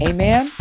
Amen